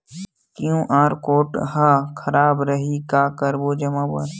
QR code हा खराब रही का करबो जमा बर?